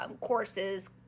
courses